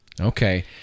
Okay